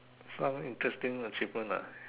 some interesting achievement lah